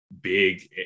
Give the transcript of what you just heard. big